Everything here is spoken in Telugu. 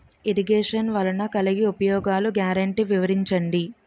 ఇరగేషన్ వలన కలిగే ఉపయోగాలు గ్యారంటీ వివరించండి?